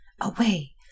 away